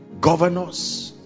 governors